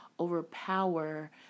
overpower